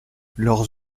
leurs